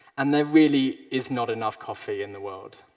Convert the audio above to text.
and there really is not enough coffee in the world.